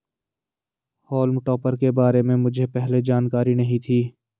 हॉल्म topper के बारे में मुझे पहले जानकारी नहीं थी